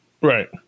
Right